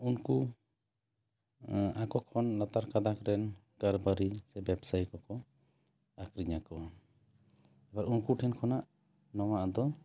ᱩᱱᱠᱩ ᱟᱠᱚ ᱠᱷᱚᱱ ᱞᱟᱛᱟᱨ ᱠᱟᱫᱟᱠ ᱨᱮᱱ ᱠᱟᱨᱵᱟᱨᱤ ᱥᱮ ᱵᱮᱵᱥᱟᱭᱤ ᱠᱚ ᱠᱚ ᱟᱠᱷᱨᱤᱧ ᱟᱠᱚᱣᱟ ᱟᱵᱟᱨ ᱩᱱᱠᱩ ᱴᱷᱮᱱ ᱠᱷᱚᱱᱟᱜ ᱱᱚᱣᱟ ᱟᱫᱚ